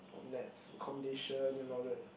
of Nat's accommodation and all that